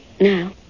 Now